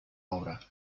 obra